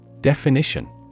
Definition